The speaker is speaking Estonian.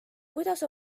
kuidas